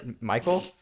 Michael